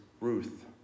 Ruth